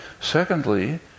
Secondly